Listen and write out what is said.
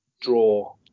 draw